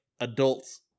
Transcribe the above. adult's